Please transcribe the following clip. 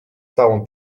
całą